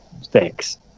thanks